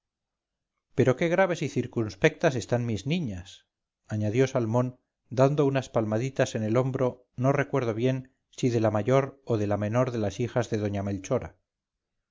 pero qué graves y circunspectas están mis niñas añadió salmón dando unas palmaditas en el hombro no recuerdo bien si de la mayor o de la menor de las hijas de doña melchora